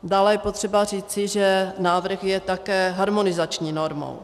Dále je potřeba říci, že návrh je také harmonizační normou.